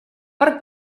per